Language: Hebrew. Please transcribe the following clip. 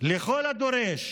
לכל דורש